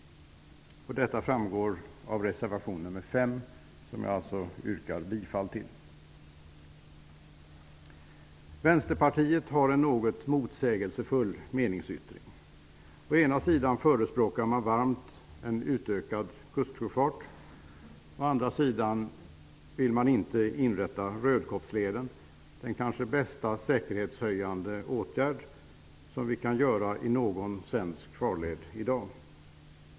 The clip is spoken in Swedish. Detta framgår av reservation 5, som jag alltså yrkar bifall till. Vänsterpartiet har en något motsägelsefull meningsyttring. Å ena sidan förespråkar man varmt en utökad kustsjöfart, å andra sidan vill man inte inrätta Rödkobbsleden. Det är kanske den bästa säkerhetshöjande åtgärd vi i dag kan göra i någon svensk farled.